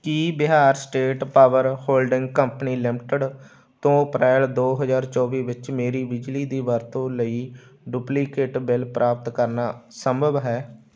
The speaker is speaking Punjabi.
ਕੀ Bihar state power holding company limited ਤੋਂ ਅਪ੍ਰੈਲ ਦੋ ਹਜ਼ਾਰ ਚੌਵੀ ਵਿੱਚ ਮੇਰੀ ਬਿਜਲੀ ਦੀ ਵਰਤੋਂ ਲਈ ਡੁਪਲੀਕੇਟ ਬਿੱਲ ਪ੍ਰਾਪਤ ਕਰਨਾ ਸੰਭਵ ਹੈ